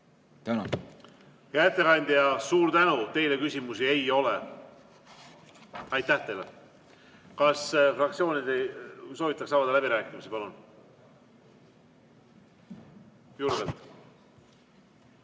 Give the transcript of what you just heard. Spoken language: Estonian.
Tänan! Hea ettekandja, suur tänu! Teile küsimusi ei ole. Aitäh teile! Kas fraktsioonidest soovitakse avada läbirääkimisi? Palun! Julgelt!